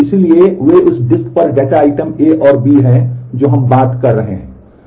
इसलिए वे उस डिस्क पर डेटा आइटम A और B हैं जो हम बात कर रहे हैं